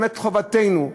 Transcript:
באמת חובתנו,